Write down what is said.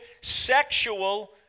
sexual